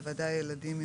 בוודאי ילדים,